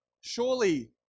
Surely